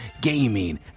gaming